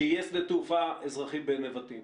שיהיה שדה תעופה אזרחי בנבטים.